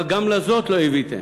אבל גם לזאת לא איוויתם.